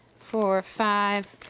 four, five.